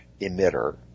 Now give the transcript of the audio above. emitter